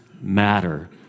matter